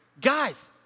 guys